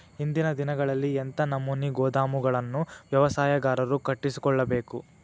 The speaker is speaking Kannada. ಇಂದಿನ ದಿನಗಳಲ್ಲಿ ಎಂಥ ನಮೂನೆ ಗೋದಾಮುಗಳನ್ನು ವ್ಯವಸಾಯಗಾರರು ಕಟ್ಟಿಸಿಕೊಳ್ಳಬೇಕು?